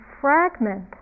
fragment